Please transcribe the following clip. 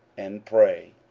and pray,